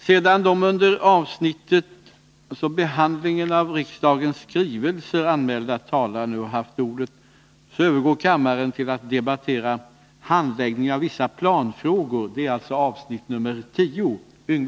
Sedan de under avsnittet Ändrade regler för basbeloppet anmälda talarna nu haft ordet övergår kammaren till att debattera Handläggningen av stödet till NCB.